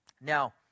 Now